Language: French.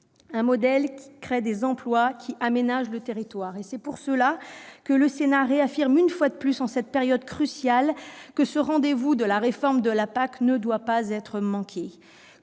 Ce modèle crée des emplois et aménage le territoire. C'est la raison pour laquelle le Sénat réaffirme une fois de plus, en cette période cruciale, que le rendez-vous de la réforme de la PAC ne doit pas être manqué.